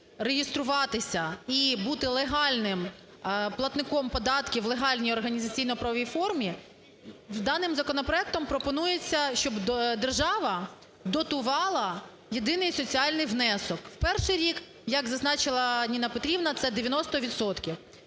реєструватися і бути легальним платником податків в легальній організаційно-правовій формі. Даним законопроектом пропонується, щоб держава дотувала єдиний соціальний внесок. Перший рік, як зазначила Ніна Петрівна, це 90